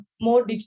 more